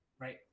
Right